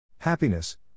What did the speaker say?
Happiness